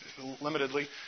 limitedly